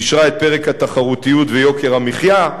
אישרה את פרק התחרותיות ויוקר המחיה.